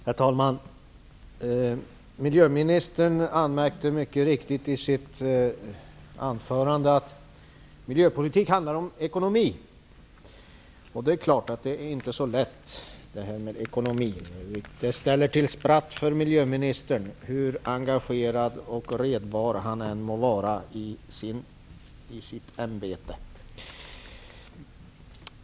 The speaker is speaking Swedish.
Herr talman! Miljöministern anmärkte mycket riktigt i sitt anförande att miljöpolitik handlar om ekonomi. Det är inte så lätt, detta med ekonomi. Det ställer till spratt för miljöministern, hur engagerad och redbar han än må vara i sitt ämbete.